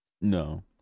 No